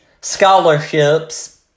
scholarships